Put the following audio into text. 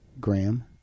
Graham